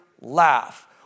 laugh